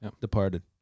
Departed